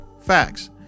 facts